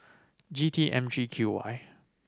G T M three Q Y